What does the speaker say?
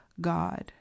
god